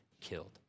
killed